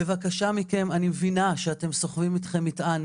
בבקשה מכם, אני מבינה שאתם סוחבים אתכם מטען,